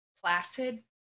placid